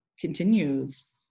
continues